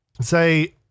say